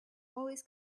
always